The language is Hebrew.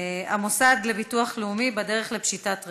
המוסד לביטוח לאומי בדרך לפשיטת רגל.